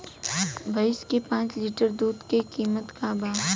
भईस के पांच लीटर दुध के कीमत का बा?